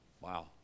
Wow